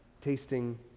Tasting